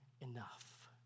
enough